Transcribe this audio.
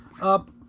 up